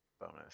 bonus